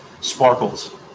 sparkles